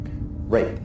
Rape